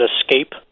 escape